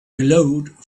glowed